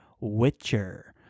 witcher